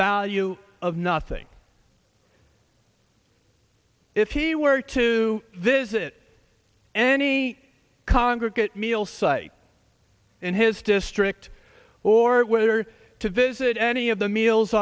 value of nothing if he were to visit any congregate meal site in his district or whether to visit any of the meals